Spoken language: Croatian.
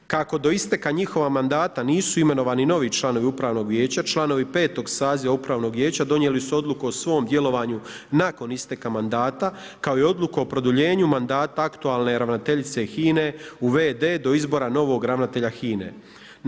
Kako do isteka njihova mandata nisu imenovani novi članovi upravnog vijeća, članovi 5 saziva upravnog vijeća, donijeli su odluku o svom djelovanju nakon isteka mandata, kako i odluku o produljenju mandata aktualne ravnateljice HINA-e u VD do izbora novog ravnatelja HINA-e.